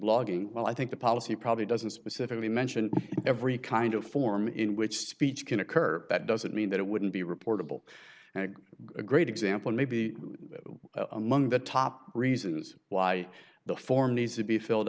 blogging well i think the policy probably doesn't specifically mention every kind of form in which speech can occur that doesn't mean that it wouldn't be reportable and a great example may be among the top reasons why the form needs to be filled